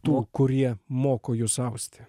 tų kurie moko jus austi